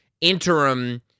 interim